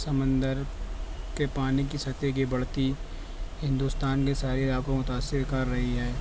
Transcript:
سمندر کے پانی کی سطح کی بڑھتی ہندوستان کے سارے علاقوں کو متاثر کر رہی ہے